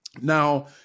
Now